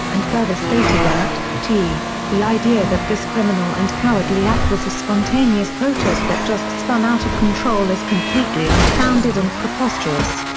and further stated that t he idea that this criminal and cowardly act was a spontaneous protest that just spun out of control is completely unfounded and preposterous.